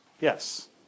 Yes